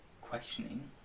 Questioning